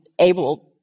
able